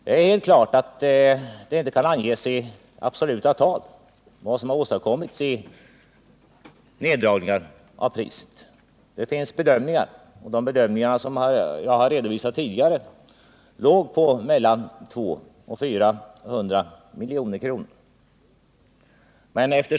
Det är helt klart att vad som åstadkommits i neddragning av priset inte kan anges i absoluta tal, men det finns bedömningar, och de bedömningar jag redovisade tidigare låg på mellan 200 och 400 milj.kr. Men efte,.